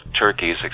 turkeys